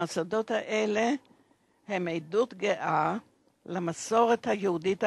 המוסדות האלה הם עדות גאה למסורת היהודית ההודית.